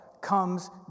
comes